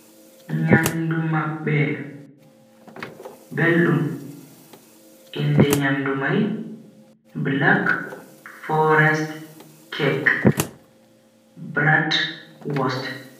Nyamdu mabbe beldum, inde nyamdu mai black forest cake, bratwurst.